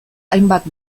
hainbat